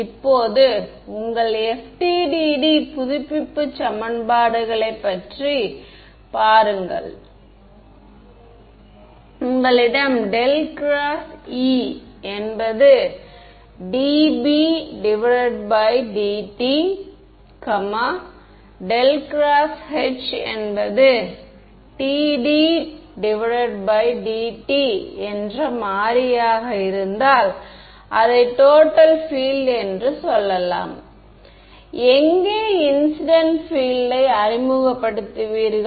இப்போது உங்கள் FDTD புதுப்பிப்பு சமன்பாடுகளைப் பற்றி பாருங்கள் உங்களிடம் ∇×E என்பது dB dt ∇×H என்பது dDdt என்ற மாறியாக இருந்தால் அதை டோட்டல் பீல்ட் என்று சொல்லலாம் எங்கே இன்சிடெண்ட் பீல்ட் யை அறிமுகப்படுத்துவீர்கள்